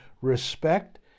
respect